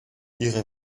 ihre